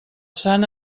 sant